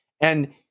And-